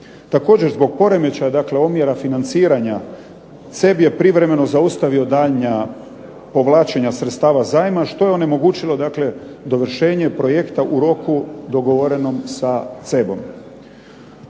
Također zbog poremećaja dakle omjera financiranja CEB je privremeno zaustavio daljnja povlačenja sredstava zajma, što je onemogućilo dakle dovršenje projekta u roku dogovorenom sa CEB-om.